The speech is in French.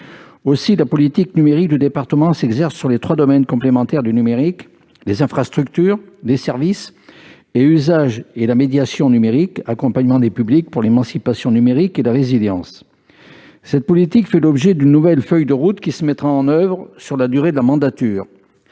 La politique numérique du département repose sur trois piliers complémentaires : les infrastructures, les services, les usages et la médiation numérique- accompagnement des publics pour l'émancipation numérique et la résilience. Cette politique fait l'objet d'une nouvelle feuille de route, qui sera mise en oeuvre tout au long de la mandature.